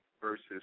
versus